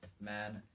man